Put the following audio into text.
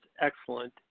excellent